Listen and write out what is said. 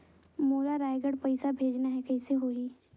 मोला रायगढ़ पइसा भेजना हैं, कइसे होही?